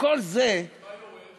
וכל זה, מה יורד?